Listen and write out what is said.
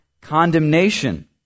condemnation